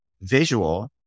visual